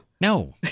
No